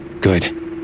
good